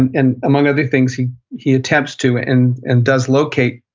and and among other things, he he attempts to, and and does locate,